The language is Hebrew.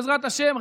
בעזרת השם,